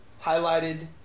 highlighted